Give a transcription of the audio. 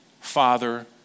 father